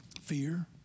Fear